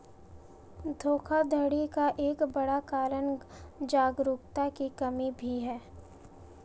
धोखाधड़ी का एक बड़ा कारण जागरूकता की कमी भी है